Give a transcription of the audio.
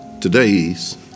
today's